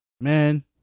Man